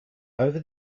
over